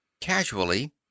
Casually